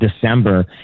December